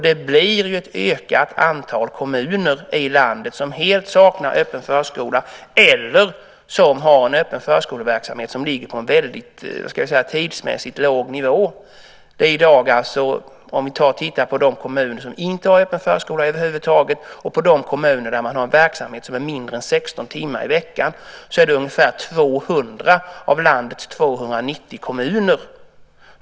Det blir ett ökat antal kommuner i landet som helt saknar öppen förskola eller som har en öppen förskoleverksamhet som ligger på en tidsmässigt låg nivå. Om vi tittar på de kommuner som inte har öppen förskola över huvud taget och på de kommuner som har verksamhet mindre än 16 timmar i veckan ser vi att det är ungefär 200 av landets 290 kommuner.